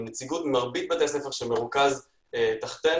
עם נציגות במרבית בתי הספר שמרוכזים תחתינו.